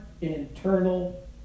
internal